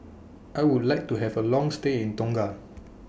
I Would like to Have A Long stay in Tonga